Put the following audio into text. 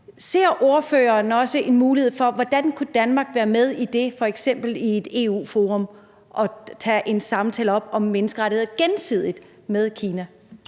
Ser ordføreren også en mulighed for, at Danmark kunne være med i det, og hvordan, f.eks. i et EU-forum, altså at tage en samtale op om menneskerettigheder gensidigt med Kina?